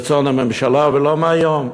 רצון הממשלה, ולא מהיום.